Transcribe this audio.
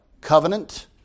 covenant